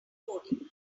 coding